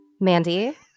Mandy